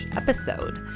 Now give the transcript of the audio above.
episode